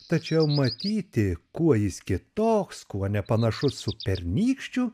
tačiau matyti kuo jis kitoks kuo nepanašus su pernykščiu